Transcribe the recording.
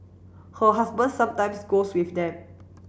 her husband sometimes goes with them